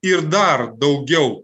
ir dar daugiau